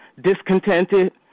discontented